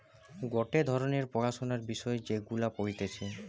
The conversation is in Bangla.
গটে ধরণের পড়াশোনার বিষয় যেগুলা পড়তিছে